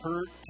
Hurt